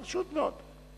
פשוט מאוד.